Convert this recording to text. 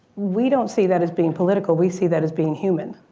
we don't see that as being political, we see that as being human.